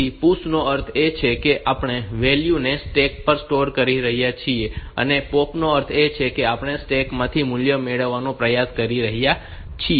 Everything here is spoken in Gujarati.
તેથી PUSH નો અર્થ એ છે કે આપણે વેલ્યુ ને સ્ટેક પર સ્ટોર કરી રહ્યા છીએ અને POP નો અર્થ એ છે કે આપણે સ્ટેક માંથી મૂલ્ય મેળવવાનો પ્રયાસ કરી રહ્યા છીએ